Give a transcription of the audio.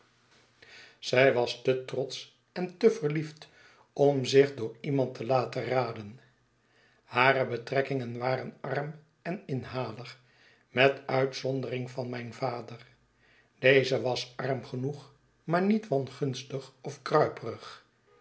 zij was te trotsch en te verliefd om zich door iemand te laten raden hare betrekkingen waren arm en inhalig met uitzondering van mijn vader deze was arm genoeg maar niet wangunstig of